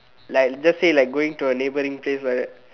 like just say like going to a neighbouring place like that